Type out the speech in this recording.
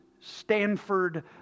Stanford